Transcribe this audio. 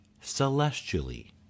celestially